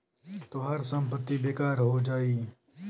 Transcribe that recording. तोहार संपत्ति बेकार हो जाई